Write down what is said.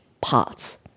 parts